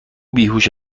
بیهوش